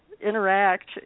interact